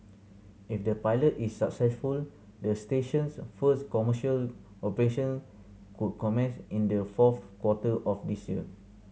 if the pilot is successful the station's first commercial operation could commence in the fourth quarter of this year